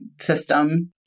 system